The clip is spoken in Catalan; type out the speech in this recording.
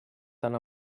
tant